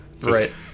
Right